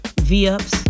V-Ups